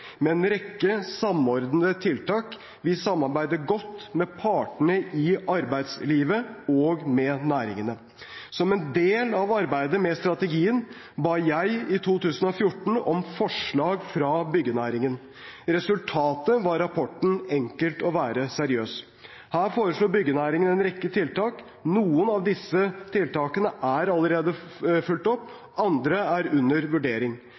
med en rekke samordnede tiltak. Vi samarbeider godt med partene i arbeidslivet og med næringene. Som en del av arbeidet med strategien ba jeg i 2014 om forslag fra byggenæringen. Resultatet var rapporten Enkelt å være seriøs. Her foreslo byggenæringen en rekke tiltak. Noen av disse tiltakene er allerede fulgt opp, andre er under vurdering.